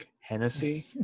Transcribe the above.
Hennessy